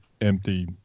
empty